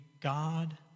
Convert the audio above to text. God